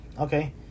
Okay